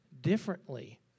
differently